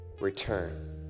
return